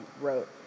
wrote